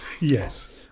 yes